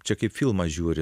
čia kaip filmą žiūri